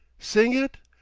sing it!